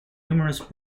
numerous